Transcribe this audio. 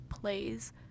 plays